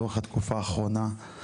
לאורך התקופה האחרונה,